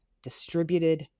distributed